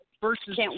versus